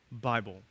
Bible